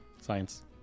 science